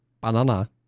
banana